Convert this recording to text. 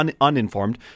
uninformed